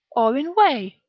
or in whey,